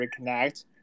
reconnect